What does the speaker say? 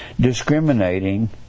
discriminating